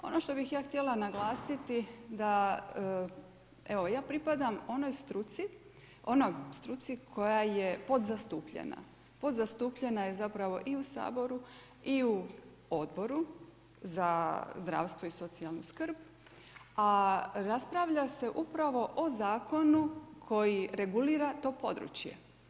Ono što bih ja htjela naglasiti da, evo ja pripadam onoj struci koja je podzastupljena, podzastupljena je zapravo i u Saboru i u Odboru za zdravstvo i socijalnu skrb a raspravlja se upravo o zakonu koji regulira to područje.